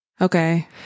okay